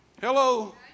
Hello